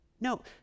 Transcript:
No